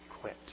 quit